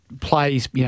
plays